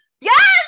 yes